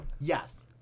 Yes